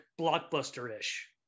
blockbuster-ish